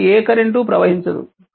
కాబట్టి ఏ కరెంట్ ప్రవహించదు